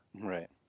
Right